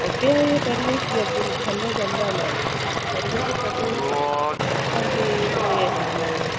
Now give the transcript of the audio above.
ଏବେ ଇଏ ପରିବେଶ ଭଲ ଜମା ନାଇ ପରିବେଶ ସବୁବେଳେ ଅଶାନ୍ତି ମାନେ ଇଏ ହେଇଗଲାଣି